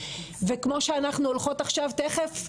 וכמו שאנחנו הולכות עכשיו תיכף,